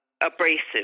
abrasive